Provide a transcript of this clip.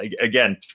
Again